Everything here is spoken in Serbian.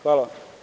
Hvala.